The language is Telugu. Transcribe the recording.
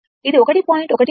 ఇది 1